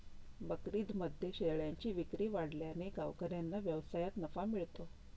बकरीदमध्ये शेळ्यांची विक्री वाढल्याने गावकऱ्यांना व्यवसायात नफा मिळतो